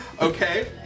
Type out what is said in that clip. Okay